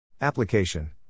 Application